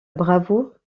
bravoure